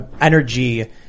energy